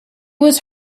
was